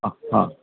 ହଁ ହଁ